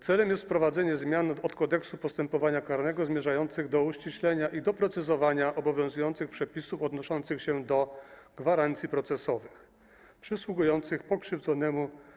Celem jest wprowadzenie zmian do Kodeksu postępowania karnego zmierzających do uściślenia i doprecyzowania obowiązujących przepisów odnoszących się do gwarancji procesowych przysługujących pokrzywdzonemu.